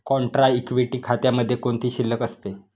Contra equity खात्यामध्ये कोणती शिल्लक असते?